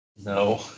No